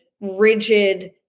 rigid